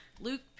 Luke